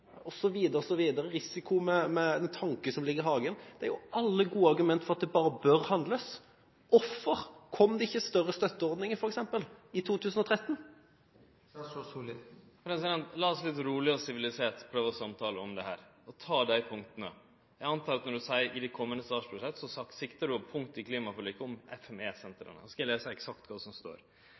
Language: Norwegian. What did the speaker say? innemiljø, klimautslipp, risiko med tanker som ligger i hagen, osv. Det er jo alle gode argumenter for at det bare bør handles. Hvorfor kom det ikke større støtteordninger, f.eks., i 2013? La oss litt roleg og sivilisert prøve å samtale om dette og sjå på dei punkta. Eg antek at når du seier i dei komande statsbudsjetta, så siktar du til eit punkt i statsbudsjettet om FME-sentera. No skal eg lese eksakt kva som står: